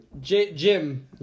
Jim